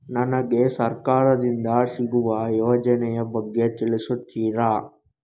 ನನಗೆ ಸರ್ಕಾರ ದಿಂದ ಸಿಗುವ ಯೋಜನೆ ಯ ಬಗ್ಗೆ ತಿಳಿಸುತ್ತೀರಾ?